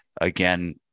again